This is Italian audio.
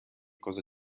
cosa